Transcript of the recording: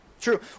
True